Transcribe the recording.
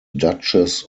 duchess